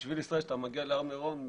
ומשביל ישראל כשאתה מגיע להר מרון,